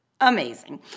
amazing